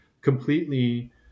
completely